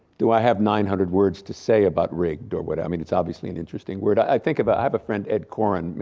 do i have nine hundred words to say about rigged or whatever? i mean, it's obviously an interesting word. i think about, i have a friend ed koren,